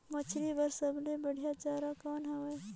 मछरी बर सबले बढ़िया चारा कौन हवय?